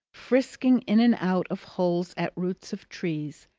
frisking in and out of holes at roots of trees,